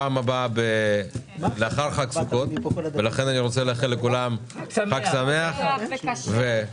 כאן לאחר חג סוכות ואני רוצה לאחל לכולם חג שמח וכשר.